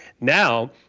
Now